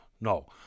No